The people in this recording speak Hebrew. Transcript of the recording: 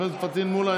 חבר הכנסת פטין מולא,